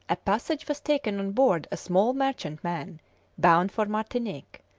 a passage was taken on board a small merchantman bound for martinique,